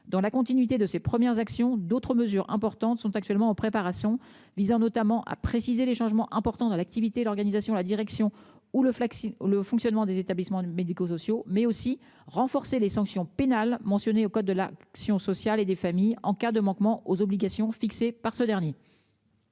dans la continuité de ses premières actions. D'autres mesures importantes sont actuellement en préparation, visant notamment à préciser les changements importants de l'activité, l'organisation la direction où le flacon. Le fonctionnement des établissements médico-sociaux, mais aussi renforcer les sanctions pénales mentionné au code de l'action sociale et des familles en cas de manquement aux obligations fixées par ce dernier.